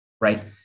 right